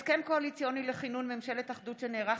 הסכם קואליציוני לכינון ממשלת אחדות שנערך